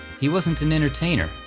he wasn't an entertainer,